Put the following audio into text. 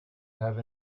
have